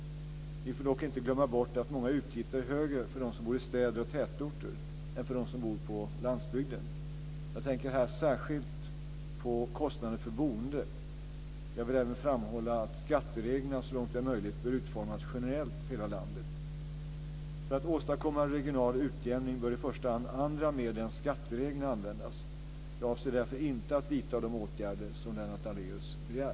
Vi får dock inte glömma bort att många utgifter är högre för dem som bor i städer och tätorter än för dem som bor på landsbygden. Jag tänker här särskilt på kostnaden för boende. Jag vill även framhålla att skattereglerna så långt det är möjligt bör utformas generellt för hela landet. För att åstadkomma regional utjämning bör i första hand andra medel än skattereglerna användas. Jag avser därför inte att vidta de åtgärder som Lennart Daléus begär.